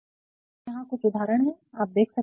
और फिर यहाँ कुछ उदहारण है आप देख सकते है